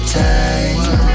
time